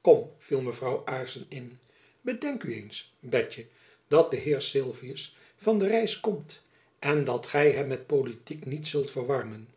kom viel mevrouw aarssen in bedenk nu eens betjen dat de heer sylvius van de reis komt en dat gy hem met politiek niet zult verwarmen